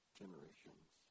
generations